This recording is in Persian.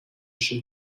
شیم